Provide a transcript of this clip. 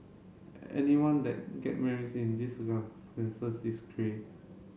anyone that get marries in these is cray